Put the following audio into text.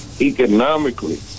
Economically